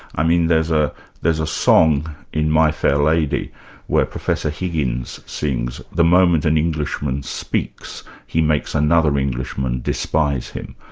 i mean there's ah there's a song in my fair lady where professor higgins sings the moment an englishman speaks, he makes another englishman despise him',